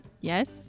Yes